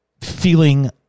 feeling